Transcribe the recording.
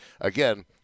again